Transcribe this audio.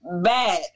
bad